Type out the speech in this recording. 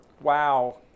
Wow